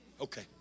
Okay